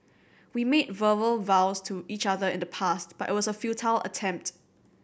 we made verbal vows to each other in the past but it was a futile attempt